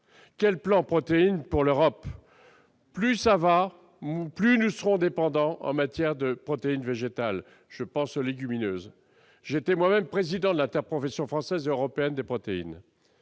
Quel plan Protéines pour l'Europe ? Plus ça ira, plus nous serons dépendants en matière de protéines végétales. Je pense plus particulièrement aux légumineuses. Pour avoir été moi-même président de l'interprofession française et européenne des protéines,